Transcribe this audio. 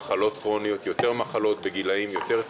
קצב הזדקנות האוכלוסייה בישראל הוא היום מהגבוהים ביותר במערב,